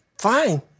fine